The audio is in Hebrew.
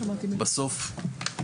בסוף,